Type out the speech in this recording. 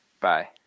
Bye